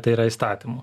tai yra įstatymų